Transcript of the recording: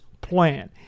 plan